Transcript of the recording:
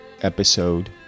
Episode